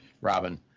Robin